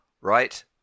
right